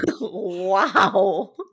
Wow